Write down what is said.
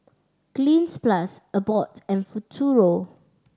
Cleanz Plus Abbott and Futuro